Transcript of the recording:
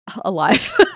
Alive